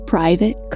Private